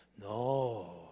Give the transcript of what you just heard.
No